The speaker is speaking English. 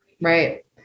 Right